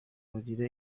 مدیره